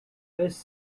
west